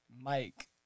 Mike